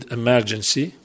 emergency